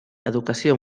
educació